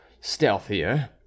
stealthier